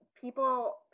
People